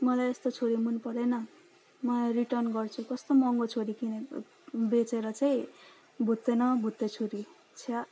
मलाई यस्तो छुरी मन परेन म यो रिटन गर्छु कस्तो महँगो छुरी किनेको बेचेर चाहिँ भुत्ते न भुत्ते छुरी छ्या